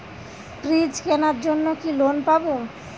Fridge কেনার জন্য কি লোন পাব?